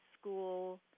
school